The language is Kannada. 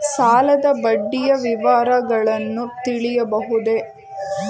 ಸಾಲದ ಬಡ್ಡಿಯ ವಿವರಗಳನ್ನು ತಿಳಿಯಬಹುದೇ?